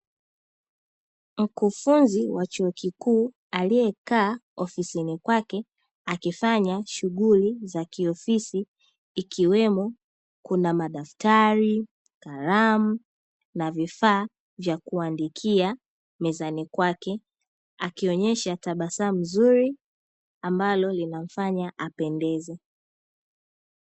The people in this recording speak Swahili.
Mkufunzi wa chuo kikuu aliyekaa ofisini kwake akifanya shughuli za kiofisi ikiwemo kuna madaftari, kalamu na vifaa vya kuandikia mezani kwake akionyesha tabasamu zuri ambalo linamfanya apendeze.